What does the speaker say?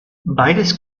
beides